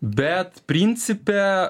bet principe